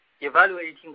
evaluating